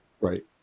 right